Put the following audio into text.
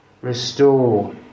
restore